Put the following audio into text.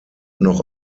noch